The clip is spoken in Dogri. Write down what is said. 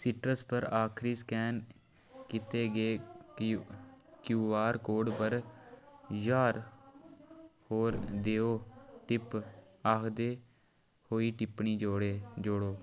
साइट्रस पर आखरी स्कैन कीते गे क्यूआर कोड पर ज्हार होर देओ टिप आखदे होई टिप्पनी जोड़ो